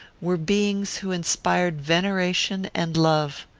were beings who inspired veneration and love.